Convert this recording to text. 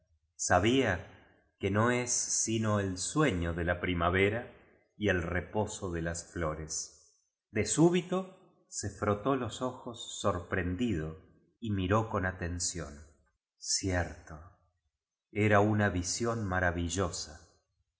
sabía que no es sino el sueño de la primavera y el reposo de las ñores de súbito se frotó ios ojos sorprendido y miró con atención cierto era una visión maravillosa